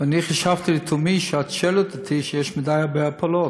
אני חשבתי לתומי שאת שואלת אותי בעניין שיש הרבה מדי הפלות,